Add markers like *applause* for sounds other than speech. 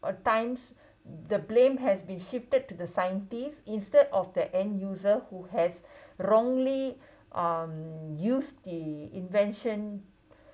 at times the blame has been shifted to the scientists instead of the end user who has *breath* wrongly um *breath* use the invention *breath*